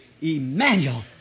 Emmanuel